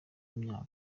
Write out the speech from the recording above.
imyaka